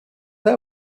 that